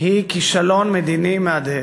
היא כישלון מדיני מהדהד.